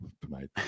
tonight